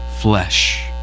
flesh